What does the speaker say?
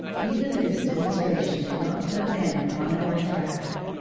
even this demonstration did not put man upon our track.